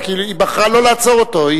רק היא בחרה לא לעצור אותו.